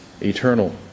eternal